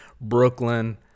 Brooklyn